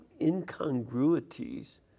incongruities